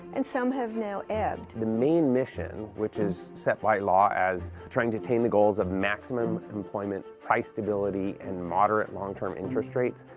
and some have now the main mission, which is set by law as trying to obtain the goals of maximum employment, price stability, and moderate long-term interest rates,